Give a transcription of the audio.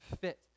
fit